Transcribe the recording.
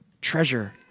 treasure